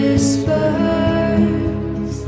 Whispers